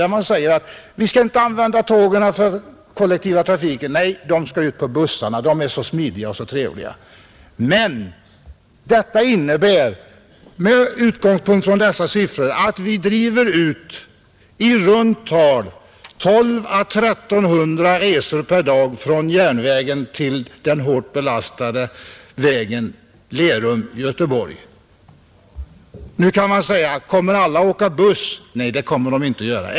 Där resonerar man så här: Folk skall inte använda tåget för kollektivtrafiken. Nej, de skall ut i bussarna, som är så smidiga och trevliga. Men detta innebär med utgångspunkt i dessa siffror att vi driver ut i runt tal 1 200—1 300 resor per dag från järnvägen till den hårt belastade landsvägen Lerum—Göteborg. Nu kan man fråga: Kommer alla att åka buss? Nej, det kommer de inte att göra.